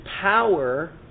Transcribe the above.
power